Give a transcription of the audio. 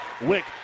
Wick